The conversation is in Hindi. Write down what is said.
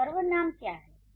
तो सर्वनाम क्या हैं